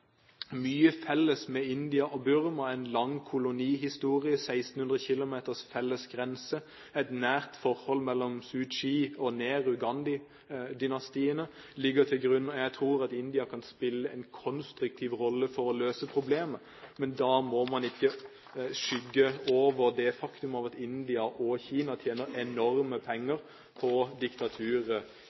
en lang kolonihistorie, 1 600 kilometer med felles grense. Et nært forhold mellom Suu Kyi og Nehru/Gandhi-dynastiene ligger til grunn, og jeg tror at India kan spille en konstruktiv rolle for å løse problemet, men da må man ikke skygge over det faktum at India og Kina tjener enorme penger på